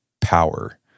power